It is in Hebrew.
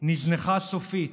תיזנח סופית,